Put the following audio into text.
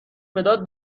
مداد